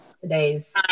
today's